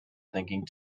thinking